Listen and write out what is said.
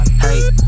hey